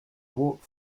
walk